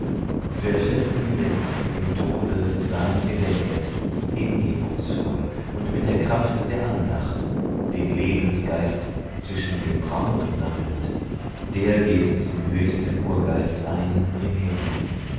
wer festen sinns im tode sein gedenket hingebungsvoll und mit der kraft der andacht den lebensgeist zwischen den brauen sammelnd der geht zum höchsten urgeist ein im himmel